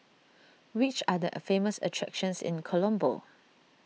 which are the famous attractions in Colombo